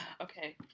Okay